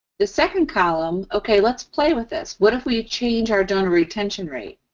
the second column, okay, let's play with this. what if we change our donor retention rate?